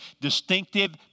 distinctive